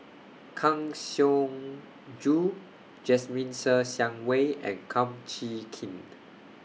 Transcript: Kang Siong Joo Jasmine Ser Xiang Wei and Kum Chee Kin